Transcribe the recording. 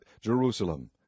Jerusalem